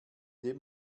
dem